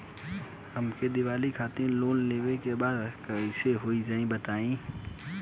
हमके दीवाली खातिर लोन लेवे के बा का करे के होई तनि बताई?